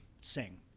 sing